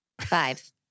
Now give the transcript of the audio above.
Five